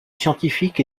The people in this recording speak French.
scientifiques